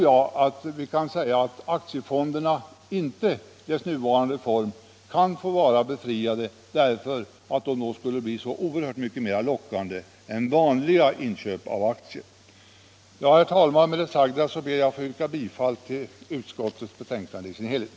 Jag tror vi kan säga att aktiefonderna i sin nuvarande form inte kan få vara befriade från realisationsvinstbeskattning — då skulle det bli så oerhört mycket mer lockande än inköp av aktier i vanlig form. Herr talman! Med det sagda ber jag att få yrka bifall till utskottets hemställan i dess helhet.